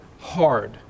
hard